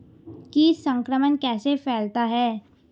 कीट संक्रमण कैसे फैलता है?